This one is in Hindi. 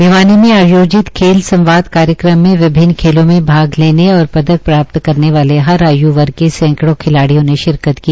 भिवानी में आयोजित खेल संवाद कार्यक्रम में विभिनन खेलों में भाग लेने और पदक प्राप्त करने वाले हर आय् वर्ग के सैकड़ो खिलाड़ियों ने शिरकत की